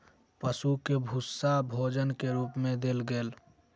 पशु के भूस्सा भोजन के रूप मे देल गेल